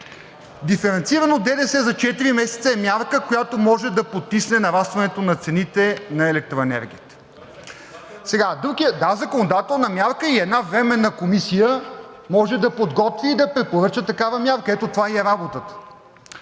Диференциран ДДС за четири месеца е мярка, която може да потисне нарастването на цените на електроенергията. (Реплики от ДПС.) Да, законодателна мярка, и една Временна комисия може да подготви и да препоръча такава мярка. Ето това ѝ е работата!